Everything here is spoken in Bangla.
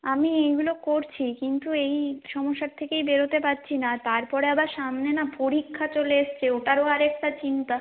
আমি এইগুলো করছি কিন্তু এই সমস্যার থেকেই বেরোতে পারছি না তার পরে আবার সামনে না পরীক্ষা চলে এসেছে ওটারও আরেকটা চিন্তা